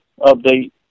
update